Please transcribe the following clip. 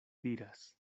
diras